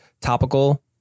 topical